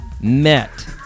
met